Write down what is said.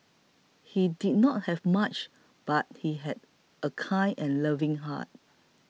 he did not have much but he had a kind and loving heart